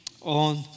on